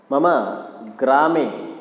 मम ग्रामे